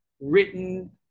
written